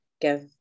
give